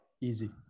Easy